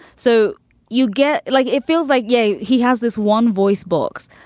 so you get like it feels like yeah he has this one voice box,